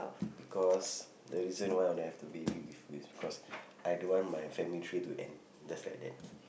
because the reason why I want have a baby with with cause I don't want my family tree to end just like that